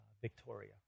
Victoria